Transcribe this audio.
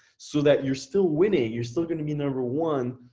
so that you're still winning, you're still gonna be number one,